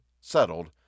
settled